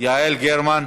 יעל גרמן,